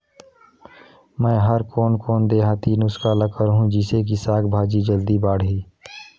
मै हर कोन कोन देहाती नुस्खा ल करहूं? जिसे कि साक भाजी जल्दी बाड़ही?